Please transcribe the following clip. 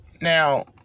Now